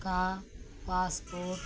का पासपोर्ट